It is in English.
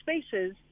spaces